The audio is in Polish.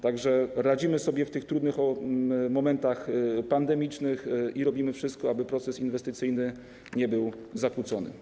Tak że radzimy sobie w tych trudnych momentach pandemicznych i robimy wszystko, aby proces inwestycyjny nie był zakłócony.